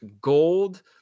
Gold